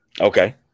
Okay